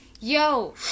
Yo